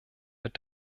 mit